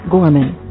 Gorman